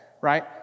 right